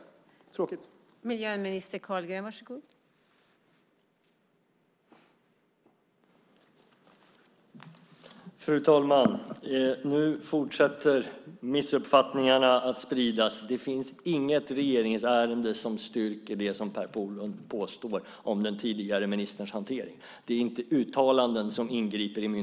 Det är tråkigt.